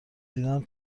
دیدم